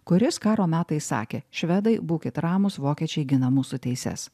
kuris karo metais sakė švedai būkit ramūs vokiečiai gina mūsų teises